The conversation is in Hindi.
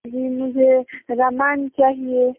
जी मुझे रामायण चाहिए